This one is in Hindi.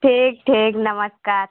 ठीक ठीक नमस्कार